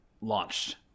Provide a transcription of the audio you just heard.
launched